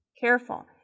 Careful